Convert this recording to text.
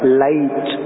light